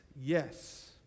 yes